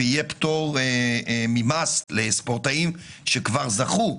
ויהיה פטור ממס לספורטאים שכבר זכו,